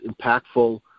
impactful